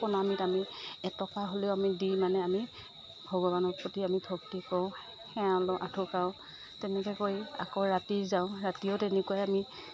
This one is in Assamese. প্ৰণামিত আমি এটকা হ'লেও আমি দি মানে আমি ভগৱানৰ প্ৰতি আমি ভক্তি কৰোঁ সেৱা লওঁ আঁঠু কাঢ়োঁ তেনেকৈ কৰি আকৌ ৰাতি যাওঁ ৰাতিও তেনেকুৱাই আমি